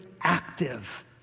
active